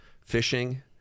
fishing